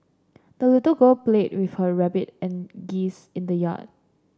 the little girl played with her rabbit and geese in the yard